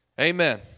Amen